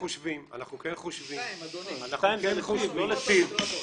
2 אדוני, 2 מתוך 100, לא הולכות ומתרבות.